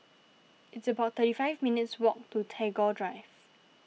it's about thirty five minutes' walk to Tagore Drive